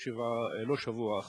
לא שבוע,